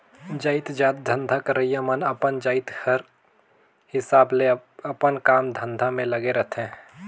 जाएतजात धंधा करइया मन अपन जाएत कर हिसाब ले अपन काम धंधा में लगे रहथें